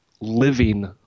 living